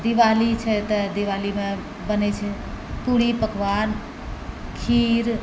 आओर दिवाली छै तऽ दिवालीमे बनै छै पूरी पकवान खीर